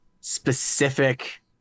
specific